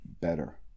better